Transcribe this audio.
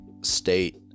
state